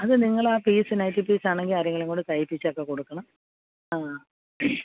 അത് നിങ്ങളാ piece nighty പീസാണെങ്കില് ആരെങ്കിലേം കൊണ്ട് തയ്പ്പിച്ചൊക്കെ കൊടുക്കണം ആ